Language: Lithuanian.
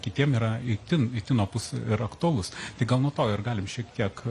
kitiem yra itin itin opus ir aktualus tai gal nuo to ir galim šiek tiek